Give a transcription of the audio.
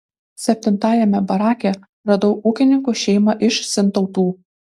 septintajame barake radau ūkininkų šeimą iš sintautų